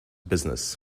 business